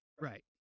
Right